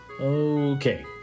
Okay